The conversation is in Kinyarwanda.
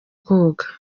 koga